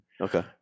Okay